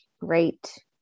great